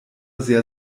sehr